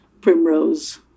Primrose